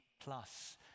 plus